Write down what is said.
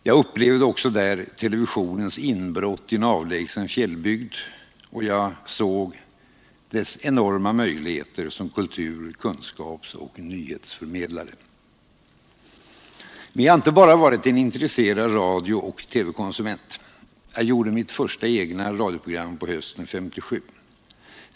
Jag upplevde också där televisionens inbrott i en avlägsen fjällbygd, och jag såg dess enorma möjligheter som kultur-, kunskapsoch nyhetsförmedlare. Men jag har inte bara varit en intresserad radiooch TV-konsument. Jag gjorde mitt första egna radioprogram på hösten 1957.